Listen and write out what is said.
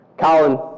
Colin